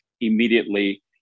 immediately